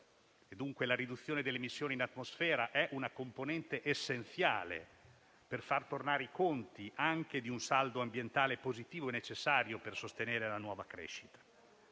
La riduzione delle emissioni in atmosfera è una componente essenziale per far tornare i conti anche di un saldo ambientale positivo, necessario per sostenere la nuova crescita.